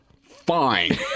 fine